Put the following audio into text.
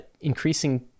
increasing